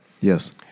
yes